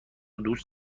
دوست